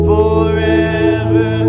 Forever